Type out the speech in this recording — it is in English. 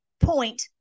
point